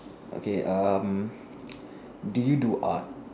okay um do you do art